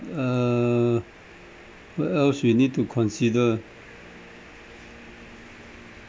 err what else you need to consider